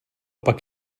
pak